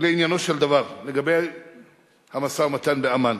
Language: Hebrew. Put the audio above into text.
לעניינו של דבר, לגבי המשא-ומתן בעמאן.